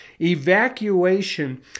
Evacuation